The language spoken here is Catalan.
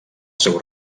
seu